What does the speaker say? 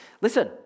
listen